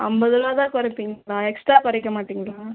ஐம்பது ரூபா தான் குறைப்பீங்களா எக்ஸ்ட்டா குறைக்க மாட்டீங்களா